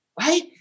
right